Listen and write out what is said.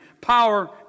Power